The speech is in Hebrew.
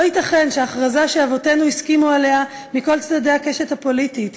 לא ייתכן שההכרזה שאבותינו הסכימו עליה מכל צדדי הקשת הפוליטית,